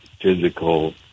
physical